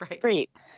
Great